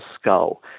skull